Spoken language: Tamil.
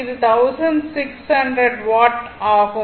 அது 1600 வாட் ஆகும்